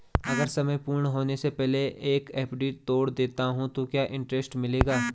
अगर समय पूर्ण होने से पहले एफ.डी तोड़ देता हूँ तो क्या इंट्रेस्ट मिलेगा?